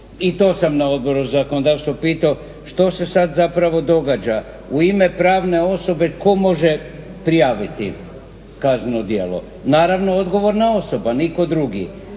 I to sam na Odboru za zakonodavstvo pitao što se sad zapravo događa. U ime pravne osobe tko može prijaviti kazneno djelo? Naravno odgovorna osoba, nitko drugi.